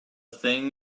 thing